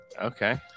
Okay